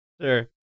Sure